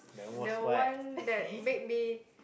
the one that make me